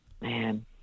man